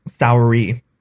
soury